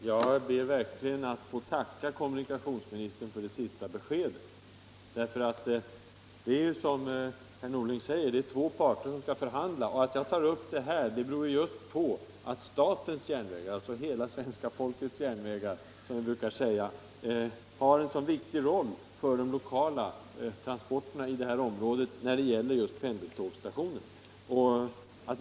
Herr talman! Jag ber verkligen att få tacka kommunikationsministern för det sista beskedet. Det är, som herr Norling säger, två parter som skall förhandla. Att jag tar upp frågan här beror på att statens järnvägar — alltså hela svenska folkets järnvägar, som vi brukar säga — spelar en så viktig roll för de lokala transporterna i detta område, bl.a. när det gäller just pendeltågsstationerna.